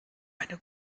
eine